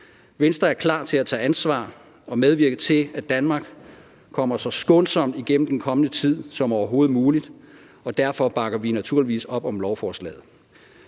Venstre er klar til at tage ansvar og medvirke til, at Danmark kommer så skånsomt igennem den kommende tid som overhovedet muligt, og derfor bakker vi naturligvis op om lovforslaget.